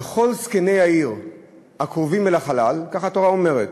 וכל זקני העיר הקרובים אל החלל, כך התורה אומרת,